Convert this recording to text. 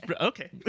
Okay